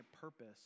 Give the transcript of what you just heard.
purpose